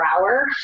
hour